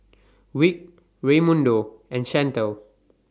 Vick Raymundo and Chantel